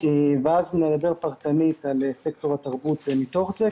ואז נדבר פרטנית על סקטור התרבות מתוך זה,